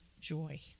joy